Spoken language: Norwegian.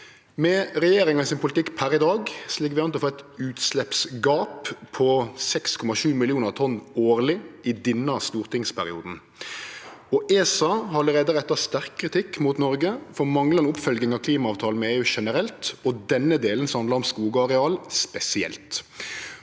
til regjeringa per i dag ligg vi an til å få eit utsleppsgap på 6,7 millionar tonn årleg i denne stortingsperioden. ESA har allereie retta sterk kritikk mot Noreg for manglande oppfølging av klimaavtalen med EU generelt og denne delen, som handlar om skogareal, spesielt.